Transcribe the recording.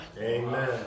Amen